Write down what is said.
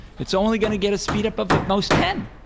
it's only going to get a speed-up of at most ten.